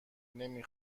نمی